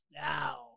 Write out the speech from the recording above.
now